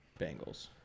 Bengals